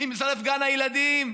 ואם יישרף גן הילדים?